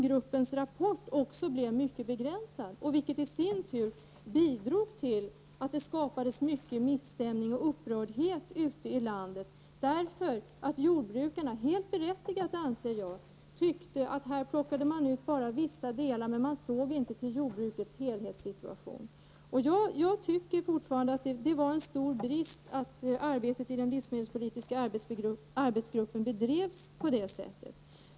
Gruppens rapport blev alltså mycket begränsad, vilket i sin tur bidrog till att det skapades mycket misstämning och upprördhet ute i landet. Jordbrukarna ansåg, helt berättigat tycker jag. att endast vissa delar plockades ut och att man inte såg till jordbrukets helhetssituation. Jag tycker fortfarande att det var en stor brist att arbetet i den livsmedelspolitiska arbetsgruppen bedrevs på det sät tet.